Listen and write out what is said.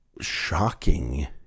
shocking